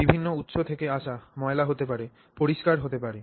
বিভিন্ন উৎস থেকে আসা ময়লা হতে পারে পরিস্কার হতে পারে